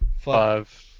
five